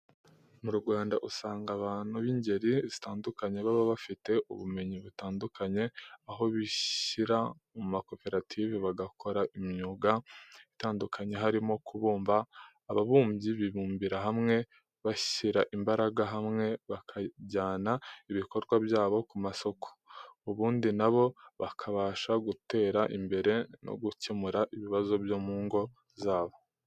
Mu Rwanda usanga abantu b'ingeri zitandukanye baba bafite ubumenyi butandukanye, aho bishyira mu makoperative bagakora imyuga itandukanye harimo kubumba. Ababumyi bibumbira hamwe bashyira imbaraga hamwe bakajyana ibikorwa byabo ku masoko, ubundi na bo bakabasha gutera imbere no gukemura ibibazo byo mu ngo zabo.